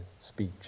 speech